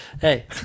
hey